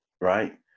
Right